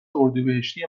اردیبهشتی